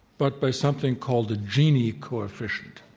but by something called the gini coefficient,